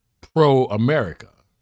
pro-America